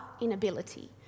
inability